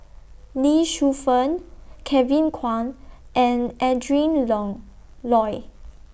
Lee Shu Fen Kevin Kwan and Adrin Long Loi